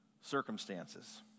circumstances